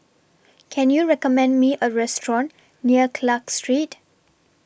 Can YOU recommend Me A Restaurant near Clarke Street